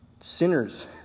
Sinners